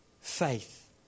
faith